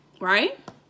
right